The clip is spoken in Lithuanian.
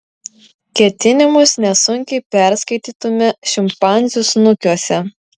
ketinimus nesunkiai perskaitytume šimpanzių snukiuose